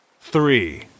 Three